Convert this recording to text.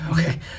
Okay